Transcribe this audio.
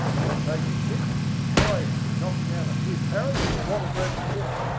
and then take your sticks and try if you can knock down a few parrots or wattle birds for dinner.